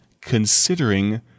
considering